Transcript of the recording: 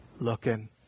Looking